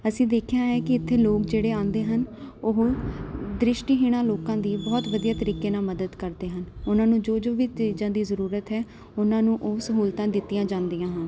ਅਸੀਂ ਦੇਖਿਆ ਹੈ ਕਿ ਇੱਥੇ ਲੋਕ ਜਿਹੜੇ ਆਉਂਦੇ ਹਨ ਉਹ ਹੁਣ ਦ੍ਰਿਸ਼ਟੀਹੀਣਾਂ ਲੋਕਾਂ ਦੀ ਬਹੁਤ ਵਧੀਆ ਤਰੀਕੇ ਨਾਲ ਮਦਦ ਕਰਦੇ ਹਨ ਉਹਨਾਂ ਨੂੰ ਜੋ ਜੋ ਵੀ ਚੀਜ਼ਾਂ ਦੀ ਜ਼ਰੂਰਤ ਹੈ ਉਹਨਾਂ ਨੂੰ ਉਹ ਸਹੂਲਤਾਂ ਦਿੱਤੀਆਂ ਜਾਂਦੀਆਂ ਹਨ